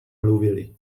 mluvili